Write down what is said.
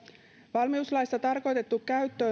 valmiuslaissa tarkoitettu